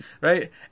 right